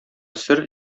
сер